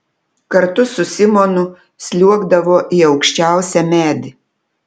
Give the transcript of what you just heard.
kartu su simonu sliuogdavo į aukščiausią medį